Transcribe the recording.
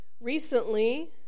Recently